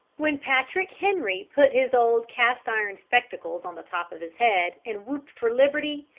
when patrick henry put his old cast-iron spectacles on the top of his head and whooped for liberty,